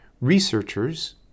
Researchers